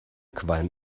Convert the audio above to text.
qualm